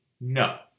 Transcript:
No